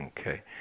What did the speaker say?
Okay